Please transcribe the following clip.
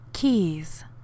Keys